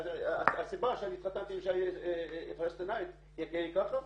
הסיבה שהתחתנתי עם אישה פלשתינאית --- ככה?